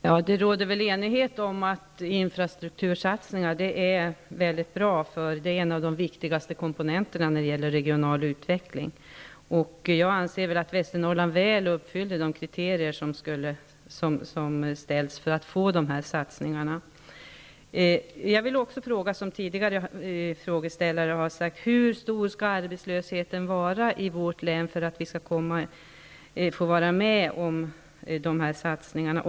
Herr talman! Det råder enighet om att infrastruktursatsningar är väldigt bra, eftersom det är en av de viktigaste komponenterna när det gäller regional utveckling. Jag anser att Västernorrland väl uppfyller de kriterier som ställs för att man skall få del av dessa satsningar. Jag vill ställa en fråga som har ställts redan tidigare i debatten: Hur stor skall arbetslösheten i vårt län vara för att vi skall få vara med om satsningarna?